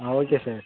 ah okay sir